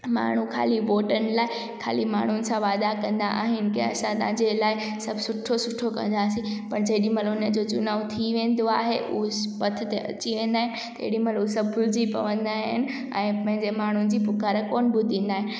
माण्हू खाली वोटनि लाइ ख़ाली माण्हुनि सां वादा कंदा आहिनि कि असां तव्हांजे लाइ सभु सुठो सुठो कंदासीं पर जेॾी महिल हुनजो चुनाव थी वेंदो आहे उहो पथ ते अची वेंदा आहिनि तेॾी महिल उहो सभु भुलिजी पवंदा आहिनि ऐं पंहिंजे माण्हुनि जी पुकार कोन ॿुधींदा आहिनि